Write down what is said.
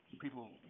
people